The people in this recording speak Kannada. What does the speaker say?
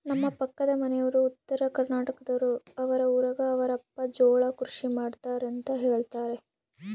ನಮ್ಮ ಪಕ್ಕದ ಮನೆಯವರು ಉತ್ತರಕರ್ನಾಟಕದವರು, ಅವರ ಊರಗ ಅವರ ಅಪ್ಪ ಜೋಳ ಕೃಷಿ ಮಾಡ್ತಾರೆಂತ ಹೇಳುತ್ತಾರೆ